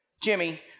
Jimmy